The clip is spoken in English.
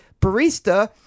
barista